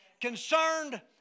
Concerned